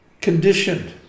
conditioned